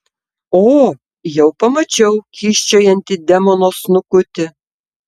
o jau pamačiau kyščiojantį demono snukutį